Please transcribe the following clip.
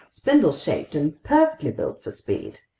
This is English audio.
spindle-shaped and perfectly built for speed.